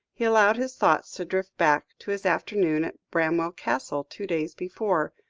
he allowed his thoughts to drift back to his afternoon at bramwell castle two days before,